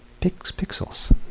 pixels